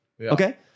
okay